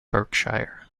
berkshire